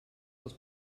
dels